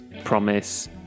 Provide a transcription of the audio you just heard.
promise